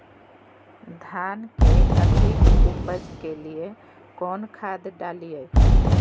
धान के अधिक उपज के लिए कौन खाद डालिय?